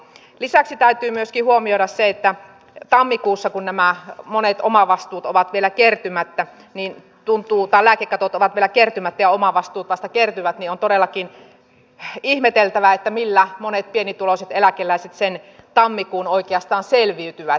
lisäksi täytyy myöskin huomioida se että tammikuussa kun nämä monet lääkekatot ovat vielä kertymättä miltä tuntuu täälläkin totuttava kyläkertymät ja omavastuut vasta kertyvät on todellakin ihmeteltävä millä monet pienituloiset eläkeläiset sen tammikuun oikeastaan selviytyvät